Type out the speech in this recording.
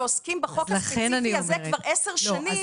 אבל אנשים שעוסקים בחוק הזה כבר עשר שנים,